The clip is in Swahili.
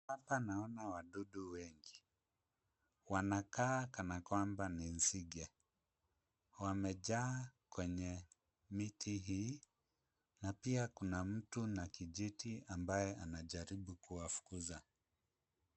Hapa naona wadudu wengi, wanakaa kana kwamba ni nzige. Wamejaa kwenye miti hii na pia kuna mtu na kijiti ambaye anajaribu kuwafukuza.